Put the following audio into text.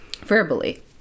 verbally